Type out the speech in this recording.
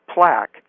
plaque